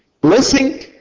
blessing